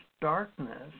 darkness